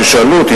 כששאלו אותי,